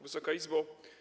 Wysoka Izbo!